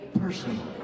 personally